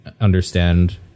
understand